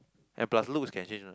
and plus looks can change one